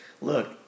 look